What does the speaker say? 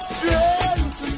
Strength